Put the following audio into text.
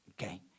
Okay